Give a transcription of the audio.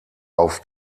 auf